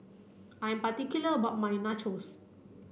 I am particular about my Nachos